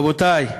רבותי,